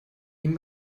ihm